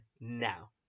now